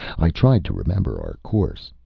i tried to remember our course.